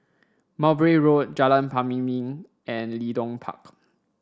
Mowbray Road Jalan Pemimpin and Leedon Park